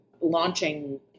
launching